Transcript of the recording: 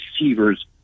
receivers